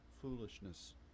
foolishness